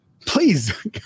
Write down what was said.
Please